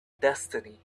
destiny